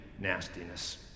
nastiness